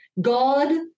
God